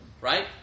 right